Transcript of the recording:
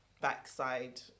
backside